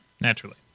naturally